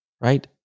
right